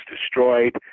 destroyed